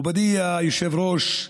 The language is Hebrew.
מכובדי היושב-ראש,